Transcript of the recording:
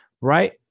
Right